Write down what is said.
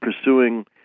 pursuing